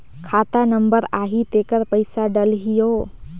खाता नंबर आही तेकर पइसा डलहीओ?